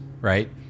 right